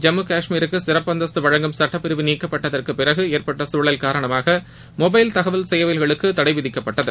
ஜம்மு காஷ்மீருக்கு சிறப்பு அந்தஸ்து வழங்கும் சுட்டப்பிரிவு நீக்கப்பட்டதற்கு பிறகு ஏற்பட்ட சூழல் காரணமாக மொபைல் தகவல் சேவைகளுக்கு தடை விதிக்கப்பட்டது